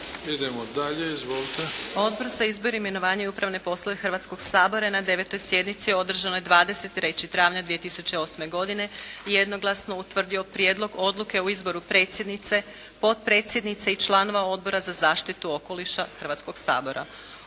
Odbor za izbor, imenovanje i upravne poslove Hrvatskog sabora je na 9. sjednici održanoj 23. travnja 2008. godine jednoglasno utvrdio Prijedlog odluke o izboru članice Odbora za Ustav, Poslovnik i politički sustav Hrvatskog sabora.